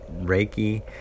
Reiki